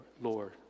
Lord